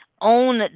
own